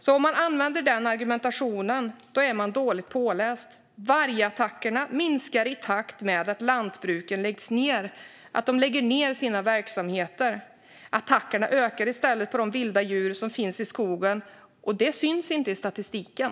Använder man den argumentationen är man alltså dåligt påläst. Vargattackerna minskar i takt med att lantbruken lägger ned sina verksamheter. Attackerna ökar i stället på de vilda djur som finns i skogen, och det syns inte i statistiken.